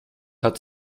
hat